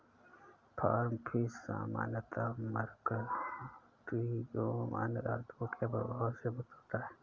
farm fish सामान्यतः mercury एवं अन्य धातुओं के प्रभाव से मुक्त होता है